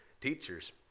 teachers